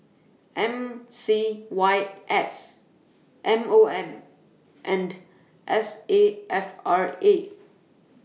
M C Y S M O M and S A F R A